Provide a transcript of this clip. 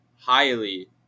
highly